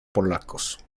polacos